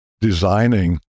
designing